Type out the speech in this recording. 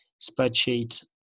spreadsheet